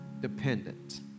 dependent